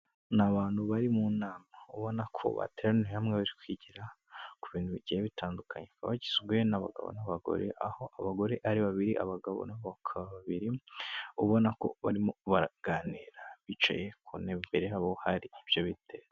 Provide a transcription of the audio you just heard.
Ni abantu bari mu nama, ubona ko bateraniye hamwe bari kwigi ku bintu bigiye bitandukanye baba bagizwe'abagabo n'abagore, aho abagore ari babiri, abagabo n'aba babiri, ubona ko barimo baraganira bicaye ku ntebe, imbere yabo hari ibyo bite.